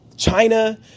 China